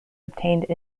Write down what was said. obtained